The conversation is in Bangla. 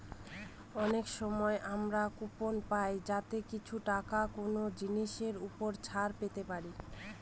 অনেক সময় আমরা কুপন পাই যাতে কিছু টাকা কোনো জিনিসের ওপর ছাড় পেতে পারি